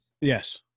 Yes